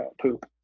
poop